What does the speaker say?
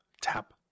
Tap